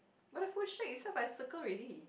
but the food shack itself I circle already